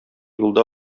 юлда